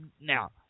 Now